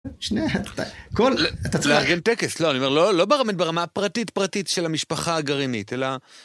לארגן טקס, לא, אני אומר, לא לא ברמה הפרטית פרטית של המשפחה הגרעינית אלא